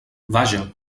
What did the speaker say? vaja